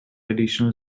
additional